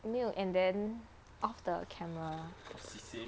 mute and then off the camera